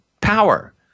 power